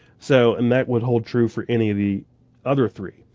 so and that would hold true for any of the other three.